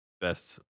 best